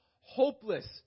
hopeless